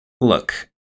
look